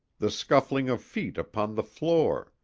the scuffling of feet upon the floor,